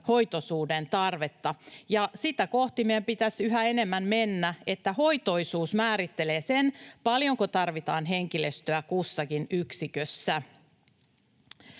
hoitoisuuden tarvetta. Ja sitä kohti meidän pitäisi yhä enemmän mennä, että hoitoisuus määrittelee sen, paljonko tarvitaan henkilöstöä kussakin yksikössä.